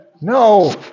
No